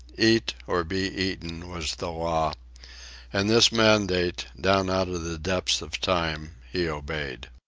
eat or be eaten, was the law and this mandate, down out of the depths of time, he obeyed.